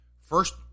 first